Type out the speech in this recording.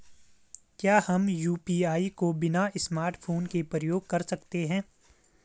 क्या हम यु.पी.आई को बिना स्मार्टफ़ोन के प्रयोग कर सकते हैं?